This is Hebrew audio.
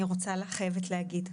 אני חייבת להגיד,